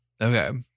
Okay